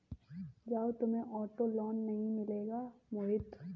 जाओ, तुम्हें auto loan नहीं मिलेगा मोहित